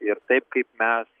ir taip kaip mes